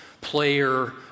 player